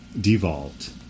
devolved